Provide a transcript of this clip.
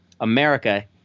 America